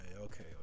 Okay